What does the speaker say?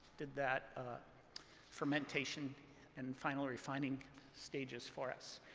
did that fermentation and final refining stages for us.